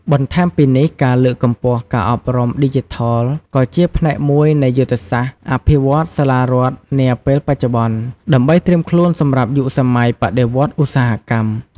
បន្ថែមពីនេះ ការលើកកម្ពស់ការអប់រំឌីជីថល ក៏ជាផ្នែកមួយនៃយុទ្ធសាស្ត្រអភិវឌ្ឍន៍សាលារដ្ឋនាពេលបច្ចុប្បន្ន ដើម្បីត្រៀមខ្លួនសម្រាប់យុគសម័យបដិវត្តន៍ឧស្សាហកម្ម។